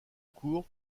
cour